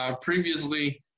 previously